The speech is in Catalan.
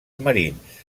marins